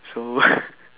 so